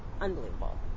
Unbelievable